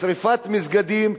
משרפת מסגדים,